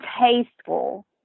tasteful